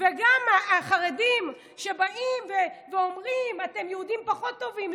וגם החרדים שבאים ואומרים: אתם יהודים פחות טובים.